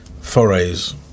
forays